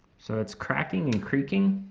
so it's cracking and creaking.